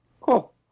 Cool